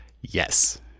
Yes